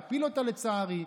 איזה שעות פנאי,